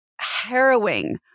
harrowing